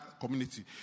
community